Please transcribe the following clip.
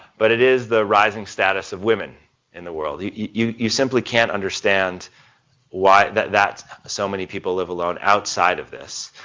but it is the rising status of women in the world. you you simply can't understand why, that that so many people live alone outside of this.